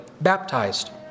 baptized